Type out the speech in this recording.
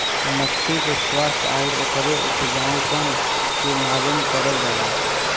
मट्टी के स्वास्थ्य आउर ओकरे उपजाऊपन के मालूम करल जाला